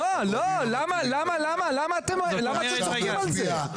לא, למה אתם צוחקים על זה?